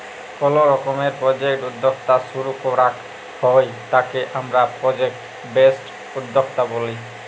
call রকমের project উদ্যক্তা শুরু করাক হ্যয় তাকে হামরা প্রজেক্ট বেসড উদ্যক্তা ব্যলি